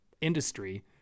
industry